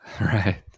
Right